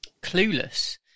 Clueless